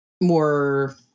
more